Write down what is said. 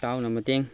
ꯏꯇꯥꯎꯅ ꯃꯇꯦꯡ